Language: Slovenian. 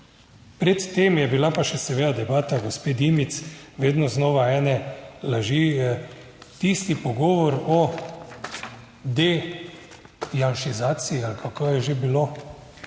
Pred tem je bila pa še seveda debata gospe Dimic vedno znova ene laži. Tisti pogovor odjanšizaciji ali kako je že bilo,